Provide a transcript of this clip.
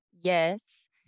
Yes